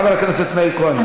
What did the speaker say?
חבר הכנסת מאיר כהן.